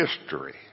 history